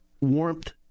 warmth